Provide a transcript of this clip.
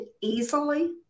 easily